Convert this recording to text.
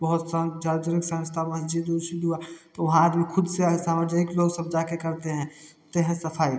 तो वहाँ आदमी खुद से ऐसा हो जाए कि लोग सब जाकर करते हैं सफाई